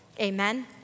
Amen